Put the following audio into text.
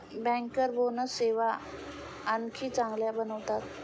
banker bonus सेवा आणखी चांगल्या बनवतात